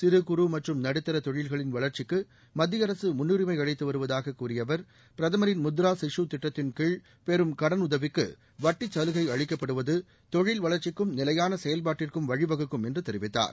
சிறு குறு மற்றும் நடுத்தர தொழில்களின் வளர்ச்சிக்கு மத்திய அரசு முன்னுரிமை அளித்து வருவதாக கூறிய அவர் பிரதமரின் முத்ரா ஷிசு திட்டத்தின்கீழ் பெறும் கடனுதவிக்கு வட்டிச் சலுகை அளிக்கப்படுவது தொழில் வளர்ச்சிக்கும் நிலையான செயல்பாட்டிற்கும் வழிவகுக்கும் என்று தெரிவித்தார்